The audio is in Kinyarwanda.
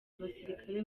abasirikare